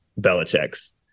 Belichick's